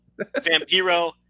vampiro